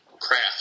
craft